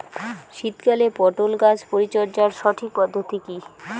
শীতকালে পটল গাছ পরিচর্যার সঠিক পদ্ধতি কী?